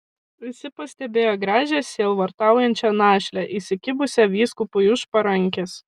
visi pastebėjo gražią sielvartaujančią našlę įsikibusią vyskupui už parankės